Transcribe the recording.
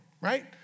right